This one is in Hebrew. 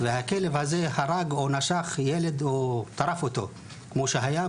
והכלב הזה הרג, נשך ילד או טרף אותו, כמו שהיה